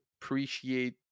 appreciate